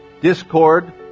discord